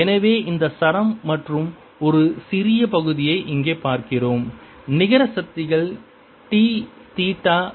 Vertical componentTsin2 Tsin1Horizontal componentT T0 எனவே இந்த சரம் மற்றும் ஒரு சிறிய பகுதியை இங்கே பார்க்கிறோம் நிகர சக்திகள் T தீட்டா 2 மைனஸ் தீட்டா 1